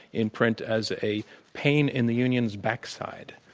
in print as a pain in the union's back side.